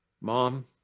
Mom